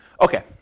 Okay